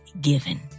given